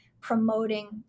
promoting